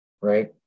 right